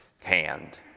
hand